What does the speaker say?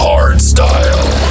Hardstyle